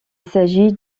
s’agit